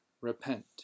Repent